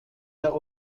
der